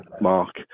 mark